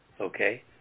okay